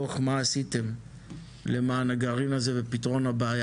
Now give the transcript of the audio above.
דו"ח מה עשיתם למען הגרעין הזה ופתרון הבעיה.